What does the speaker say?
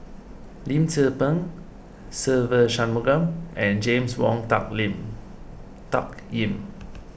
Lim Tze Peng Se Ve Shanmugam and James Wong Tuck Lim Tuck Yim